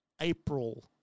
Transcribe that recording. April